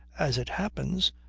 as it happens,